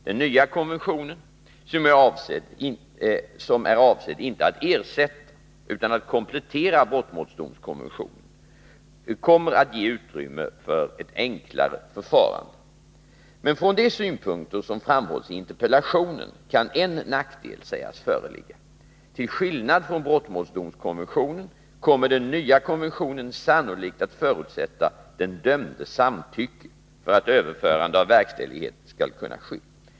Den nya konventionen, som är avsedd inte att ersätta utan att komplettera brottmålsdomskonventionen, kommer att ge utrymme för ett enklare förfarande. Men från de synpunkter som framhålls i interpellationen kan en nackdel sägas föreligga: till skillnad från brottmålsdomskonventionen kommer den nya konventionen sannolikt att förutsätta den dömdes samtycke, för att överförande av verkställighet skall kunna ske.